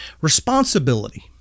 responsibility